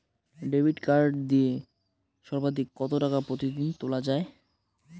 Debit card দিয়ে সর্বাধিক কত টাকা প্রতিদিন তোলা য়ায়?